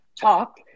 talk